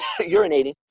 urinating